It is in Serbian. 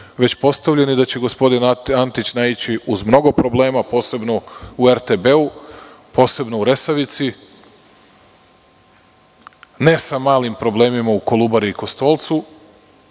već postavljen i da će gospodin Antić naići, uz mnogo problema, posebno u RTB, posebno u Resavici, ne sa malim problemima u Kolubari i Kostolcu,